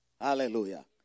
Hallelujah